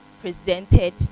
presented